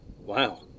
Wow